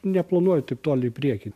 neplanuoju taip toli į priekį